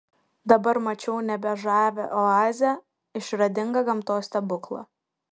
dabar mačiau nebe žavią oazę išradingą gamtos stebuklą